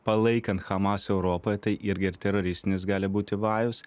palaikant hamas europoje tai irgi ir teroristinis gali būti vajus